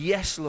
Yes